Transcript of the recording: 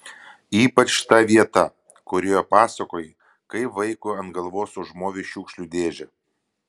ypač ta vieta kurioje pasakoji kaip vaikui ant galvos užmovei šiukšlių dėžę